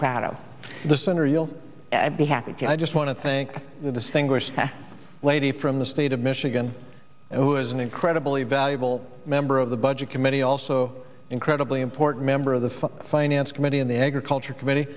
sooner you'll be happy i just want to thank the single lady from the state of michigan who is an incredibly valuable member of the budget committee also incredibly important member of the finance committee and the agriculture committee